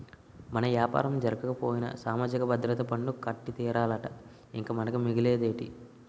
మన యాపారం జరగకపోయినా సామాజిక భద్రత పన్ను కట్టి తీరాలట ఇంక మనకి మిగిలేదేటి